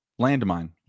Landmine